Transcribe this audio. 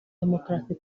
demokarasi